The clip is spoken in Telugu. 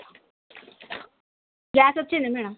గ్యాస్ వచ్చిందా మ్యాడమ్